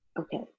Okay